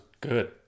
good